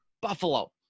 Buffalo